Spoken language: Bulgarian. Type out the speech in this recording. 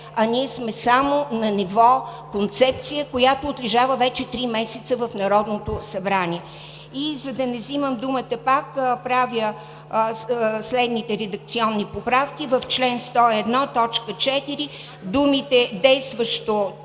а ние сме само на ниво концепция, която отлежава вече три месеца в Народното събрание. За да не взимам думата пак, правя следните редакционни поправки – в чл. 101, т. 4 думите „действащото